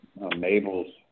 Mabel's